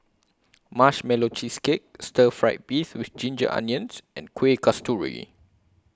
Marshmallow Cheesecake Stir Fried Beef with Ginger Onions and Kueh Kasturi